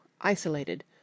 isolated